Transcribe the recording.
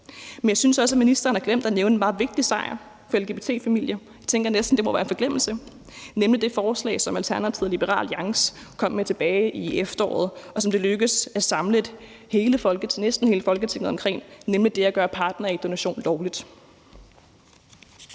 Men jeg synes også, at ministeren har glemt at nævne en meget vigtig sejr for lgbt-familier, og jeg tænker næsten, at det må være en forglemmelse. Det handler om det forslag, som Alternativet og Liberal Alliance kom med tilbage i efteråret, og som det lykkedes at samle næsten hele Folketinget om, nemlig det at gøre partnerægdonation lovligt.